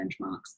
benchmarks